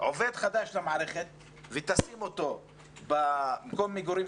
עובד חדש למערכת ותשים אותו במקום המגורים